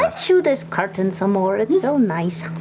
like chew this curtain some more? it's so nice.